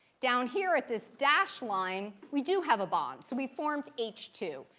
down here at this dash line, we do have a bond, so we formed h two.